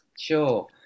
Sure